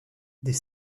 des